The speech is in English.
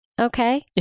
Okay